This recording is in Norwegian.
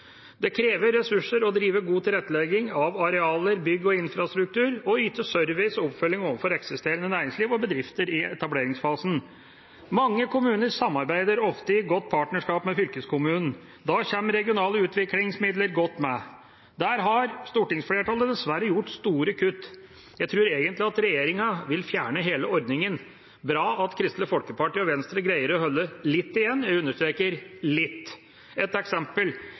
Det krever ressurser å drive god tilrettelegging av arealer, bygg og infrastruktur og å yte service og oppfølging overfor eksisterende næringsliv og bedrifter i etableringsfasen. Mange kommuner samarbeider ofte i godt partnerskap med fylkeskommunen. Da kommer regionale utviklingsmidler godt med. Der har stortingsflertallet dessverre gjort store kutt. Jeg tror egentlig at regjeringa vil fjerne hele ordningen. Det er bra at Kristelig Folkeparti og Venstre greier å holde litt igjen – jeg understreker litt. Ett eksempel: